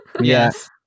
Yes